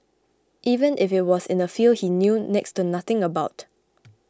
even if it was in a field he knew next to nothing about